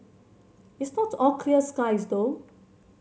it's not all clear skies though